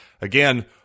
Again